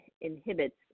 inhibits